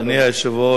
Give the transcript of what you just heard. אדוני היושב-ראש,